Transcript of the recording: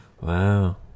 Wow